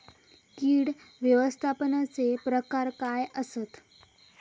कीड व्यवस्थापनाचे प्रकार काय आसत?